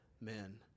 men